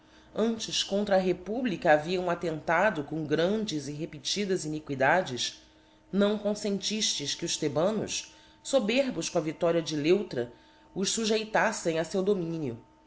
antes contra a republica haviam attentado com grandes e repetidas iniquidades não conlentiftes que os thebanos loberbos com a vicloria de leuftra os fujeitaltem a feu dominio